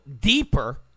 deeper